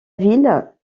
ville